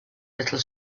little